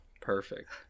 perfect